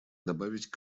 добавить